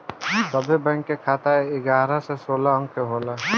सभे बैंक के खाता एगारह से सोलह अंक के होला